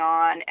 on